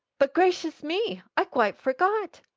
but gracious me! i quite forgot.